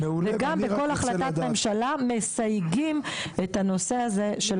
וגם בכל החלטת ממשלה מסייגים את הנושא הזה של